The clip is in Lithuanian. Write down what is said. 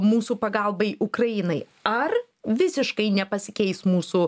mūsų pagalbai ukrainai ar visiškai nepasikeis mūsų